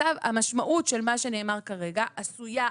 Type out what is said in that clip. המשמעות של מה שנאמר כרגע עשויה,